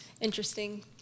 interesting